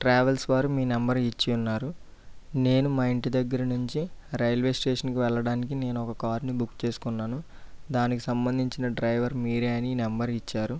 travels వారు మీ number ఇచ్చిన్నారు నేను మా ఇంటి దగ్గర నుంచి రైల్వే స్టేషన్కు వెళ్ళడానికి నేను ఒక కార్ని బుక్ చేసుకున్నాను దానికి సంబంధించిన డ్రైవర్ మీరు అని ఈ నెంబర్ ఇచ్చారు